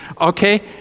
Okay